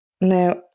now